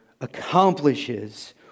accomplishes